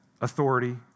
authority